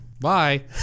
Bye